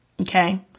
Okay